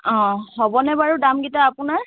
অ হ'বনে বাৰু দামকেইটা আপোনাৰ